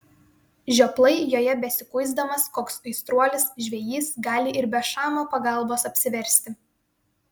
žioplai joje besikuisdamas koks aistruolis žvejys gali ir be šamo pagalbos apsiversti